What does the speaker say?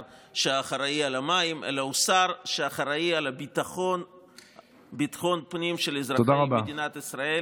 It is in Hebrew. שאחראי למים אלא הוא שר שאחראי לביטחון הפנים של אזרחי מדינת ישראל